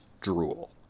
drool